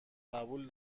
قبول